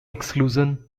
exclusion